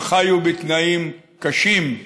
הם חיו בתנאים קשים.